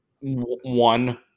one